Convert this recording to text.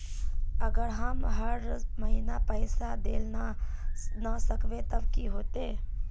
अगर हम हर महीना पैसा देल ला न सकवे तब की होते?